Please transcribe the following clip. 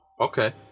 okay